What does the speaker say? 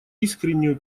искреннюю